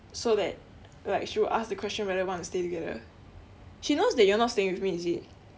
so that like she will ask the question whether want to stay together she knows that you are not staying with me is it